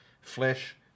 flesh